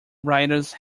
writers